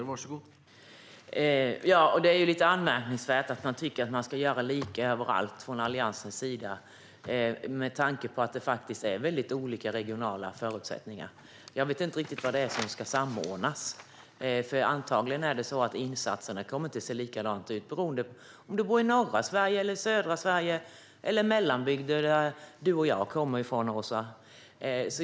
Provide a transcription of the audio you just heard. Herr talman! Det är lite anmärkningsvärt att man från Alliansen tycker att det ska göras lika överallt, med tanke på att det är mycket olika regionala förutsättningar. Jag vet inte riktigt vad det är som ska samordnas, eftersom insatserna antagligen inte kommer att se likadana ut beroende på om du bor i norra Sverige eller i södra Sverige eller i mellanbygder som du och jag kommer från, Åsa.